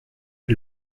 est